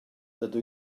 dydw